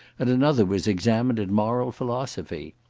and another was examined in moral philosophy.